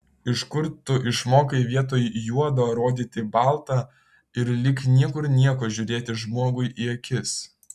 iš kur tu išmokai vietoj juodo rodyti balta ir lyg niekur nieko žiūrėti žmogui į akis